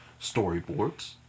storyboards